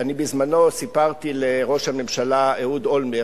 שסיפרתי לראש הממשלה דאז אהוד אולמרט,